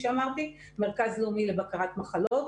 מרכז לאומי לבקרת מחלות.